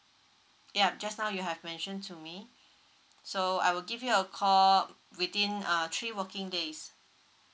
yup just now you have mentioned to me so I will give you a call within uh three working days